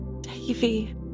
Davy